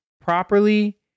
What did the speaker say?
properly